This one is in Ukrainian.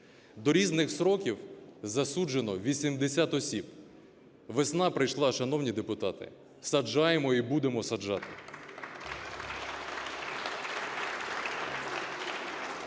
до різних строків засуджено 80 осіб. Весна прийшла, шановні депутати. Саджаємо і будемо саджати.